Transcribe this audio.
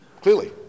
Clearly